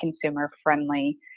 consumer-friendly